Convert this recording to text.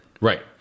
right